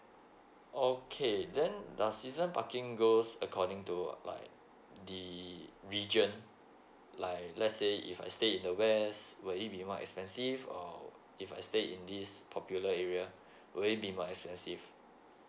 okay then does season parking goes according to like the region like let's say if I stay in the west would it be more expensive or if I stay in this popular area will be more expensive